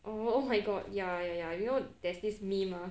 oh oh my god ya ya you know there's this meme ah